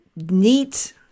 neat